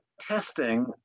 testing